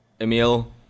Emil